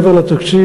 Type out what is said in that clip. מעבר לתקציב,